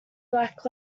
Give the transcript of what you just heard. black